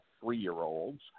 three-year-olds